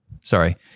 Sorry